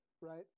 right